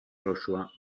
joshua